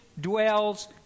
dwells